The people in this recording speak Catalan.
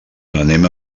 anem